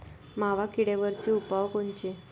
मावा किडीवरचे उपाव कोनचे?